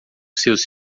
seus